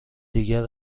دیگر